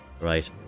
Right